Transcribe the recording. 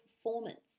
performance